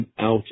out